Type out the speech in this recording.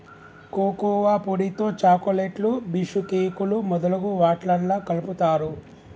cocoa పొడితో చాకోలెట్లు బీషుకేకులు మొదలగు వాట్లల్లా కలుపుతారు